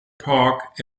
park